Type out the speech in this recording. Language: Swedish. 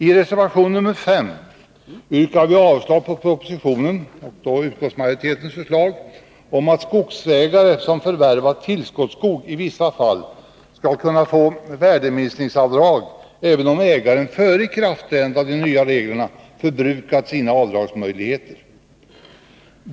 I reservation nr 5 yrkar vi avslag på propositionens och utskottsmajoritetens förslag om att skogsägare som förvärvat tillskottsskog i vissa fall skall kunna få värdeminskningsavdrag även om ägaren före ikraftträdandet av de nya reglerna förbrukat sina avdragsmöjligheter.